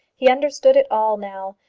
he understood it all now,